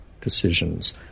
decisions